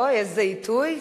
איזה עיתוי.